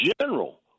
general